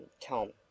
Tom